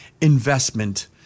investment